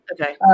Okay